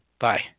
Bye